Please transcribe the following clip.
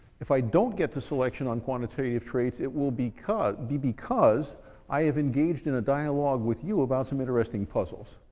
if i don't get to selection on quantitative traits, it will be because i have engaged in a dialog with you about some interesting puzzles,